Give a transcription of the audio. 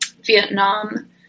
Vietnam